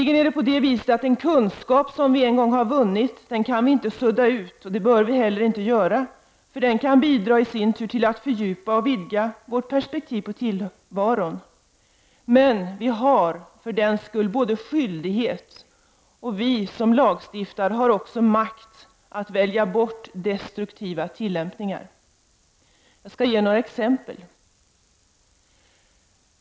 En kunskap som vi en gång har vunnit kan visserligen inte suddas ut — och så bör heller inte ske, för den kan i sin tur bidra till att vårt perspektiv på tillvaron fördjupas och vidgas. Men vi som lagstiftare har för den skull både skyldighet och makt att välja bort destruktiva tillämpningar. Jag skall ge några exempel.